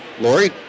Lori